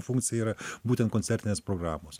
funkcija yra būtent koncertinės programos